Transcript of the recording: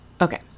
Okay